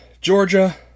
Georgia